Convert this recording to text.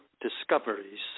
Discoveries